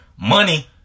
Money